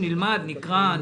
שנלמד, נקרא.